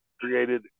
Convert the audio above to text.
created